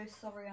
sorry